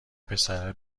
پسره